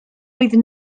oedd